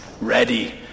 ready